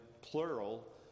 plural